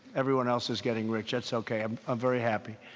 everyone else is getting rich. that's okay. i'm ah very happy.